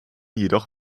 jedoch